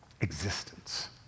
existence